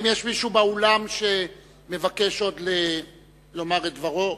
האם יש מישהו באולם שמבקש עוד לומר את דברו?